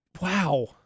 wow